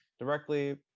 Directly